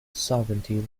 sovereignty